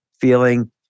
feeling